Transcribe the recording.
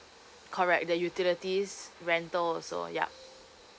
correct the utilities rental so yup